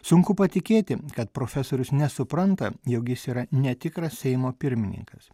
sunku patikėti kad profesorius nesupranta jog jis yra netikras seimo pirmininkas